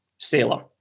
Sailor